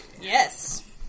Yes